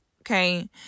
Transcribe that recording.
Okay